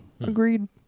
agreed